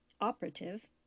operative